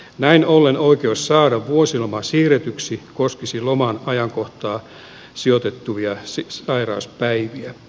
näin ollen oikeus saada vuosiloma siirretyksi koskisi loman ajankohtaan sijoitettuja sairauspäiviä